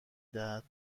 دهد